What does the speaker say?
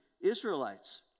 Israelites